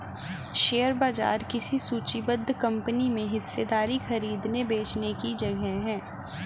share बाजार किसी सूचीबद्ध कंपनी में हिस्सेदारी खरीदने बेचने की जगह है